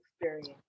experience